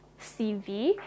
CV